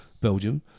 belgium